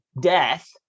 death